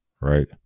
right